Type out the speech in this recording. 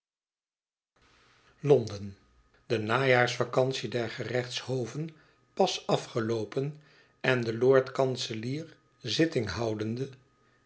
londen de najaarsvacantie der gerechtshoven pas afgeloopen en de lord-kanselier zitting houdende